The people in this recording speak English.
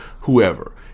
whoever